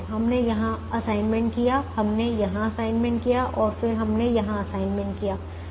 हमने यहां असाइनमेंट किया हैं हमने यहां असाइनमेंट किया हैं और फिर हमने यहां असाइनमेंट किया हैं